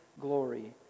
glory